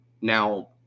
Now